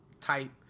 type